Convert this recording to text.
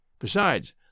Besides